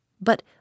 But